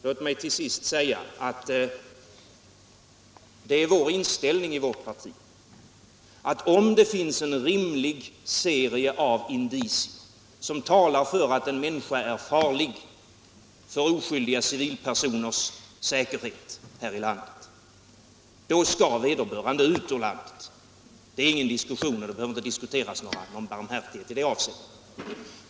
Låt mig till sist säga att det är vår inställning i vårt parti att om det finns en rimlig serie av indicier som talar för att en människa är farlig för oskyldiga civilpersoners säkerhet här i landet, då skall vederbörande ut ur landet; det behöver inte diskuteras någon barmhärtighet i det avseendet!